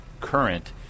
current